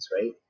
right